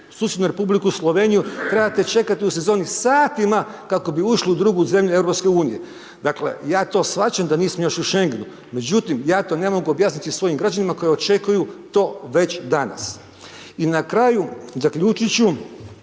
susjednu Republiku Sloveniju trebate čekati u sezoni satima kako bi ušli u drugu zemlju EU. Dakle, ja to shvaćam da nismo još u Šengenu, međutim, ja to ne mogu objasniti svojim građanima koji očekuju to već danas. I na kraju, zaključit ću